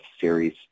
series